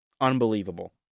unbelievable